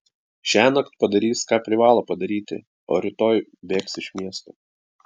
šiąnakt padarys ką privalo padaryti o rytoj bėgs iš miesto